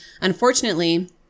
unfortunately